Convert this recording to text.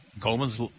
Coleman's